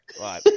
Right